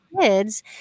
kids